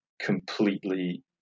completely